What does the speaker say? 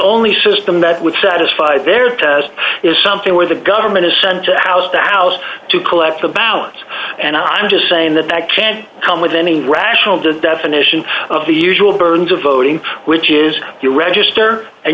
only system that would satisfy their test is something where the government is sent to house to house to collect the ballots and i'm just saying that that can come with any rational definition of the usual burns of voting which is you register and